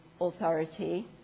authority